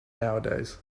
nowadays